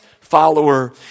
follower